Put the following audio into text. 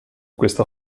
questa